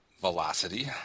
Velocity